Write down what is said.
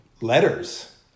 letters